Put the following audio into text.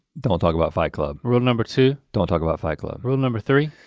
don't talk about fight club. rule number two. don't talk about fight club. rule number three.